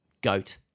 Goat